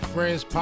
Friends